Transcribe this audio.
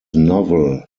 novel